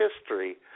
history